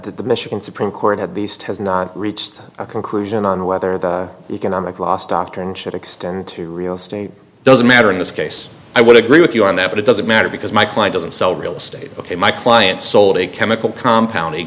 the michigan supreme court had leased has not reached a conclusion on whether the economic loss doctrine should extend to real estate doesn't matter in this case i would agree with you on that but it doesn't matter because my client doesn't sell real estate ok my client sold a chemical compound